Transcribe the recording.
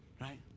right